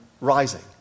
rising